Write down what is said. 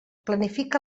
planifica